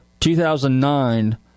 2009